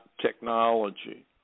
technology